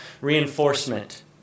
reinforcement